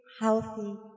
healthy